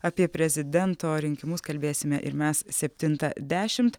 apie prezidento rinkimus kalbėsime ir mes septintą dešimt